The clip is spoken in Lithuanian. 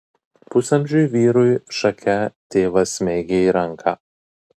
pusamžiui vyrui šake tėvas smeigė į ranką